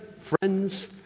friends